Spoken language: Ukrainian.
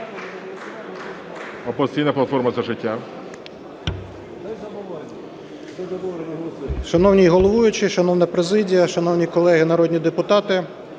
Шановний головуючий, шановна президія, шановні колеги народні депутати,